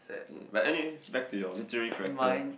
but anyway back to your literary character